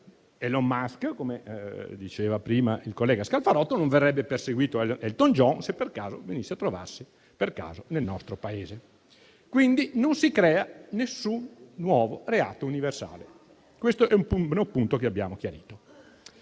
Elon Musk - come diceva prima il collega Scalfarotto - e non verrebbe perseguito Elton John, se per caso venisse a trovarsi nel nostro Paese. Non si crea nessun nuovo reato universale. Questo è un punto che abbiamo chiarito.